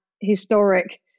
historic